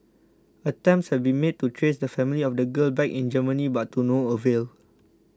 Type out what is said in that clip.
attempts have been made to trace the family of the girl back in Germany but to no avail